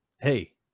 Hey